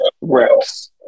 reps